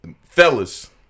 Fellas